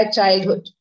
childhood